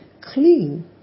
clean